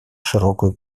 широкую